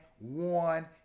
one